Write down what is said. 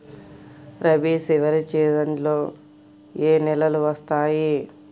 రబీ చివరి సీజన్లో ఏ నెలలు వస్తాయి?